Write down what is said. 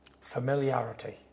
familiarity